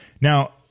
now